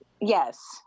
Yes